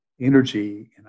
energy